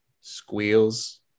squeals